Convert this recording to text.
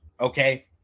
okay